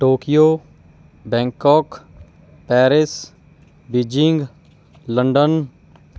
Tokyo Bangkok Paris Beijing London